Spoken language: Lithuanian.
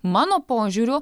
mano požiūriu